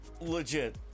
Legit